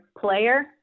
player